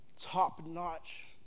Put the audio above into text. top-notch